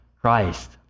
Christ